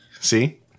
See